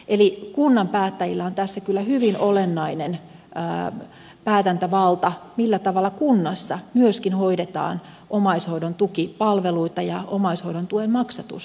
eli kunnan päättäjillä on tässä kyllä hyvin olennainen päätäntävalta millä tavalla myöskin kunnassa hoidetaan omaishoidon tukipalveluita ja omaishoidon tuen maksatusta